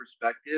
perspective